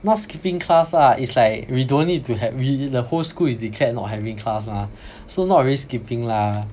not skipping class lah it's like we don't need to hav~ we the whole school is declared not having class mah so not really skipping lah